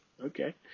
okay